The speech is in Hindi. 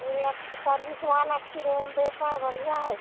पूरे अच्छे सर्विस वाला अच्छी रैम देता है बढ़िया है